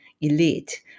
elite